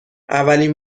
اولین